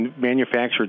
manufactured